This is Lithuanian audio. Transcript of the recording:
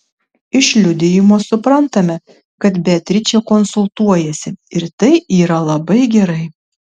iš liudijimo suprantame kad beatričė konsultuojasi ir tai yra labai gerai